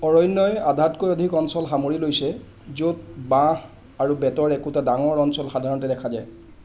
অৰণ্যই আধাতকৈ অধিক অঞ্চল সামৰি লৈছে য'ত বাঁহ আৰু বেতৰ একোটা ডাঙৰ অঞ্চল সাধাৰণতে দেখা যায়